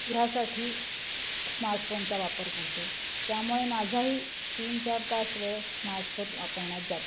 ह्यासाठी स्मार्टफोनचा वापर करते त्यामुळे माझाही तीन चार पाास वेळ स्मार्टफोन वापरण्यात जातो